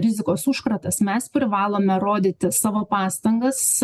rizikos užkratas mes privalome rodyti savo pastangas